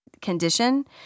condition